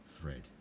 thread